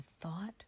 thought